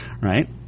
right